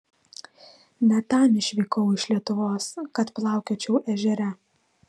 ne tam išvykau iš lietuvos kad plaukiočiau ežere